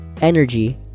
energy